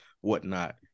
whatnot